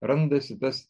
randasi tas